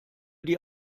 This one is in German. die